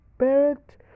Barrett